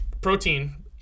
Protein